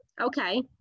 Okay